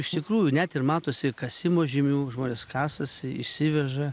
iš tikrųjų net ir matosi kasimo žymių žmonės kasasi išsiveža